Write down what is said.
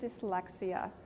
dyslexia